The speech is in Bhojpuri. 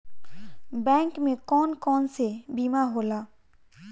बैंक में कौन कौन से बीमा होला?